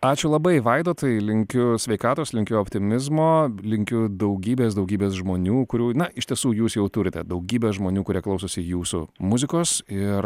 ačiū labai vaidotai linkiu sveikatos linkiu optimizmo linkiu daugybės daugybės žmonių kurių na iš tiesų jūs jau turite daugybę žmonių kurie klausosi jūsų muzikos ir